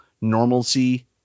normalcy